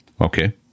Okay